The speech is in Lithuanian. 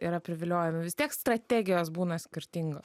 yra priviliojami vis tiek strategijos būna skirtingos